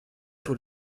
pour